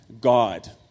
God